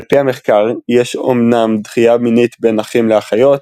על פי המחקר יש אומנם דחייה מינית בין אחים לאחיות,